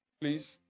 Please